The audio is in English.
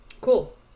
cool